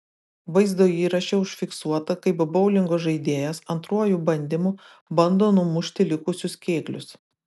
vaizdo įraše užfiksuota kaip boulingo žaidėjas antruoju bandymu bando numušti likusius kėglius